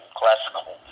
classical